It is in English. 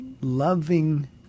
loving